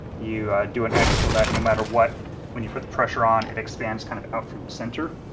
you do an x so that no matter what when you put the pressure on, it expands kind of out from the center.